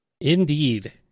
indeed